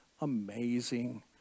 amazing